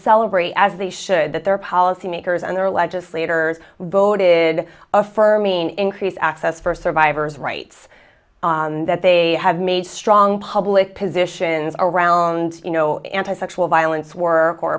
celebrate as they should that their policy makers and their legislators voted affirming increased access for survivors rights that they have made strong public positions around anti sexual violence work or